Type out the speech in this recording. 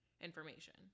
information